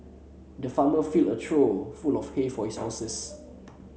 the farmer filled a trough full of hay for his horses